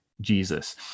Jesus